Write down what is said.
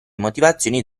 motivazioni